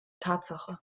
tatsache